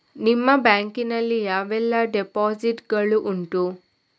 ನಿಮ್ಮ ಬ್ಯಾಂಕ್ ನಲ್ಲಿ ಯಾವೆಲ್ಲ ಡೆಪೋಸಿಟ್ ಗಳು ಉಂಟು?